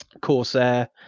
Corsair